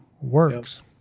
works